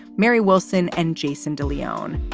mary wilson and jason de leone.